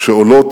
שעולות